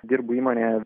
dirbu įmonėje